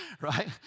Right